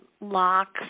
locks